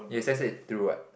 is let's say through what